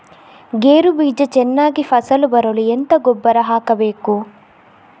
ಗೇರು ಬೀಜ ಚೆನ್ನಾಗಿ ಫಸಲು ಬರಲು ಎಂತ ಗೊಬ್ಬರ ಹಾಕಬೇಕು?